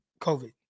COVID